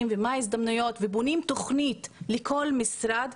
ומה ההזדמנויות ובונים תכנית לכל משרד,